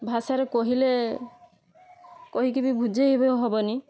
ଭାଷାରେ କହିଲେ କହିକି ବି ବୁଝାଇ ବି ହେବନି